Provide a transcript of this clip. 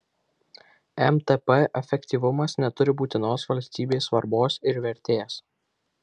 mtp efektyvumas neturi būtinos valstybei svarbos ir vertės